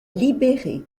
libéré